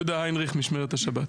אני יהודה היינריך, ממשמרת השבת.